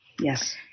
Yes